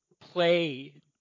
play